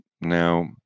Now